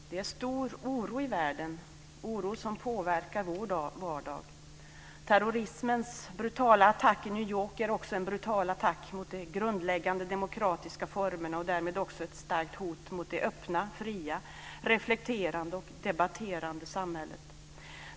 Herr talman! Det är stor oro i världen, oro som påverkar vår vardag. Terrorismens brutala attack i New York är också en brutal attack mot de grundläggande demokratiska formerna och därmed också ett starkt hot mot det öppna, fria, reflekterande och debatterande samhället.